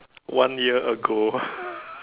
one year ago